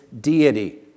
deity